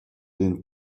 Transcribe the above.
den